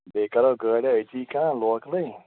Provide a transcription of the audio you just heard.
بیٚیہِ کَرو گٲڑۍ أتی کانٛہہ لوکلٕے